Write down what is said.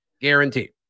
Guaranteed